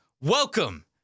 welcome